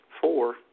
Four